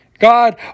God